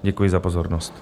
Děkuji za pozornost.